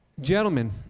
Gentlemen